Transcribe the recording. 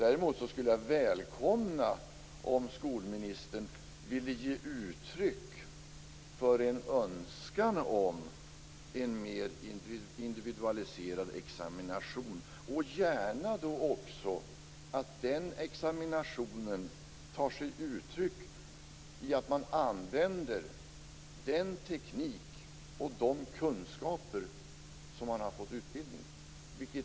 Jag skulle dock välkomna om skolministern ville ge uttryck för en önskan om en mer individualiserad examination, och gärna att man i den examinationen skall använda den teknik och de kunskaper som man har fått utbildning i.